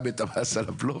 אם היינו מוצאים פתרון,